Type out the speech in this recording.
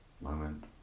moment